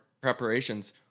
preparations